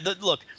look